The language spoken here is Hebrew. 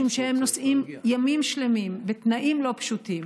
משום שהם נוסעים ימים שלמים בתנאים לא פשוטים.